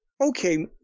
Okay